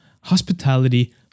hospitality